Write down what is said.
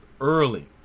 early